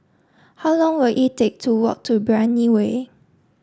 how long will it take to walk to Brani Way